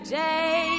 day